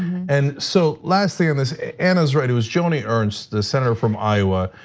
and so last thing on this, anna's right. it was joni ernst, the senator from iowa.